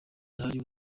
ndahari